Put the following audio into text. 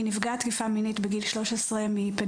היא נפגעה תקיפה מינית בגיל 13 מפדופיל.